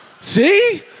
See